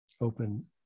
open